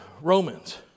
Romans